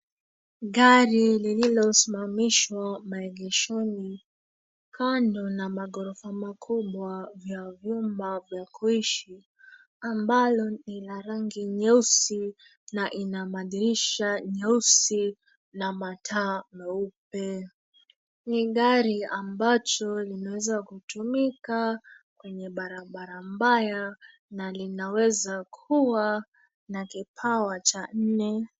Gari lililosimamishwa maegeshoni kando na maghorofa makubwa vya vyumba vya kuishi, ambalo ni la rangi nyeusi na ina madirisha nyeusi na mataa meupe. Ni gari ambacho linaweza kutumika kwenye barabara mbaya na linaweza kuwa na kipawa cha nne.